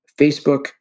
Facebook